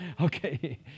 Okay